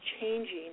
changing